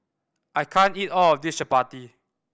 I can't eat all of this chappati